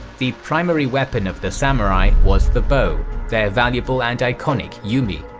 the primary weapon of the samurai was the bow, their valuable and iconic yumi,